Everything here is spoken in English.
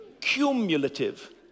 Cumulative